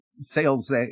sales